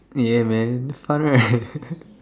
ya man fun right